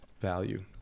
value